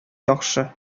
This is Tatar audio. яхшы